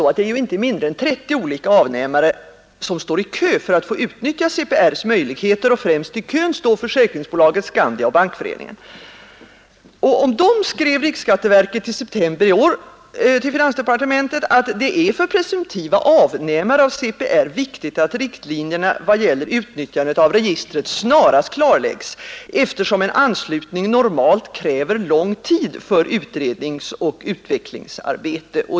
att inte mindre än trettio olika avnämare star i kö tör att få utnyttja CPR:s möjligheter. Främst i kön star försäkringsholazget Skandia och Bankföreningen. Om dessa skrev riksskatteverket i september i år till finansdepartementet, att ”det är för presumtiva avnämare av CPR viktigt att riktlinjerna vad gäller utnyttjandet av registret snarast klarläggs. eftersom en anslutning normalt kräver lång tid för utredningsoch utvecklingsarbete”.